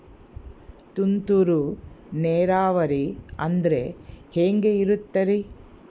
ತುಂತುರು ನೇರಾವರಿ ಅಂದ್ರೆ ಹೆಂಗೆ ಇರುತ್ತರಿ?